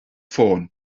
ffôn